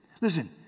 Listen